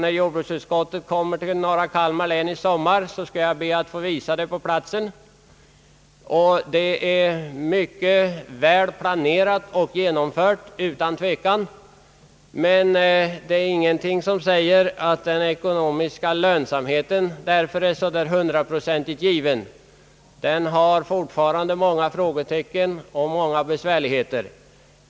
När jordbruksutskottet i sommar kommer till norra Kalmar län skall jag be att få visa vårt nybygge. Det är utan tvivel mycket väl planerat och genomfört, men ingenting säger att den ekonomiska lönsamheten därför är hundraprocentigt given. Den har fortfarande många frågetecken och många besvärligheter.